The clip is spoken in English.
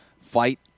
fight